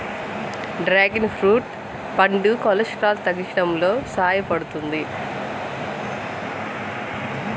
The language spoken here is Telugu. డ్రాగన్ ఫ్రూట్ పండు కొలెస్ట్రాల్ను తగ్గించడంలో సహాయపడుతుంది